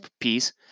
piece